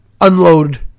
unload